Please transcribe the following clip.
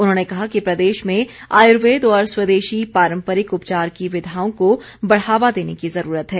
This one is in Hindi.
उन्होंने कहा कि प्रदेश में आयुर्वेद और स्वदेशी पारम्परिक उपचार की विधाओं को बढ़ावा देने की जरूरत है